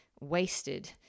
wasted